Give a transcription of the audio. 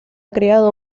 creado